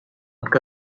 que